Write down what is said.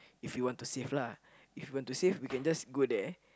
if you want to save lah if you want to save we can just go there